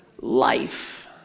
life